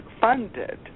funded